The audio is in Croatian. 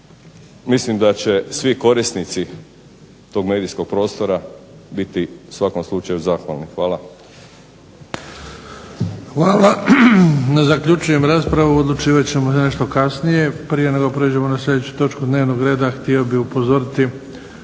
mislim da će svi korisnici tog medijskog prostora biti u svakom slučaju zahvalni. Hvala.